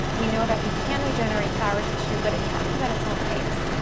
we know that we can regenerate thyroid tissue, but it happens at it's own pace,